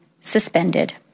suspended